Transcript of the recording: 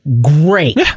great